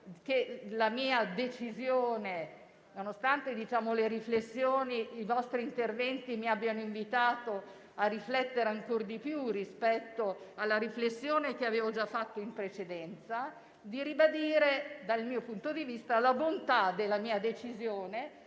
considerazioni, nonostante i vostri interventi mi abbiano invitato a riflettere ancora di più rispetto alla valutazione che avevo già fatto in precedenza, ritengo di ribadire dal mio punto di vista la bontà della mia decisione.